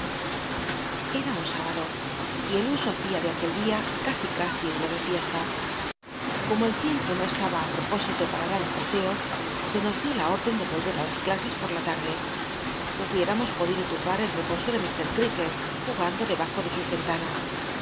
era un s íballo y el uso hacia de aquel día casi casi uno de fiesta como el tiempo no estaba i propósito para daa un paseo se nos dió la órdcn de volver ü las clases pot la tarde hubiéramos el reposo de mr clcaklc jugando debajo de sus ycntanas